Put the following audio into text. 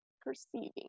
perceiving